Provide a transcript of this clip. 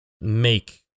make